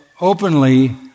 openly